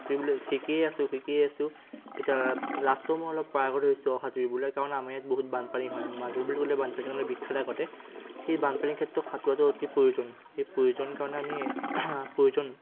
সাঁতুৰিবলৈ শিকিয়েই আছোঁ শিকিয়েই আছোঁ এতিয়া লাষ্টত মই অলপ পাৰ্গত হৈছোঁ সাঁতুৰিবলৈ কাৰণে আমাৰ ইয়াত বহুত বানপানী হয় মাজুলী বুলি ক'লে বানপানীৰ বাবে বিখ্যাত আগতে সেই বানপানীৰ ক্ষেত্ৰত সাঁতোৰাটো অতি প্ৰয়োজন সেই প্ৰয়োজন কাৰণে আমি প্ৰয়োজন